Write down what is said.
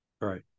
Right